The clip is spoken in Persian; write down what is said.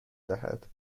دهد